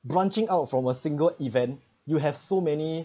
branching out from a single event you have so many